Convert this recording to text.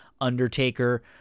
Undertaker